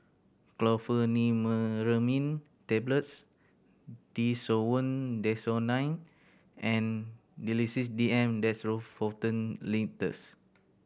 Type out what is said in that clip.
Chlorpheniramine Tablets Desowen Desonide and Sedilix D M Dextromethorphan Linctus